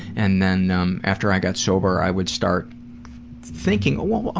and then um after i got sober i would start thinking, well,